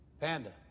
Panda